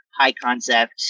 high-concept